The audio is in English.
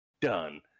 done